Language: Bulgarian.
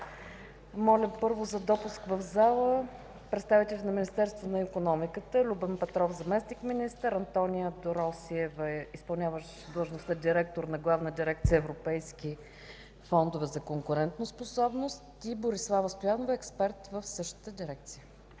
Моля за достъп в залата на представителите на Министерството на икономиката: Любен Петров – заместник-министър, Антония Доросиева – изпълняващ длъжността директор на Главна дирекция „Европейки фондове за конкурентоспособност”, и Борислава Стоянова – експерт в същата дирекция.